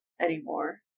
anymore